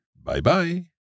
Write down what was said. Bye-bye